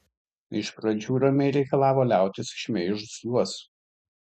iš pradžių ramiai reikalavo liautis šmeižus juos